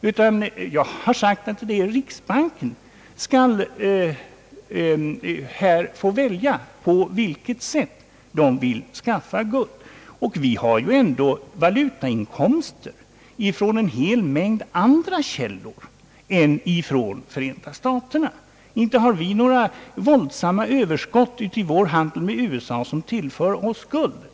Jag har sagt att riksbanken här skall få välja på vilket sätt den vill skaffa guld. Vi har dock valutainkomster från en hel mängd andra källor än Förenta staterna. Vi har inga stora överskott i vår handel med USA, som tillför oss guld.